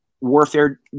warfare